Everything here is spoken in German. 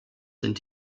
sind